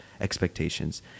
expectations